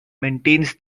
maintains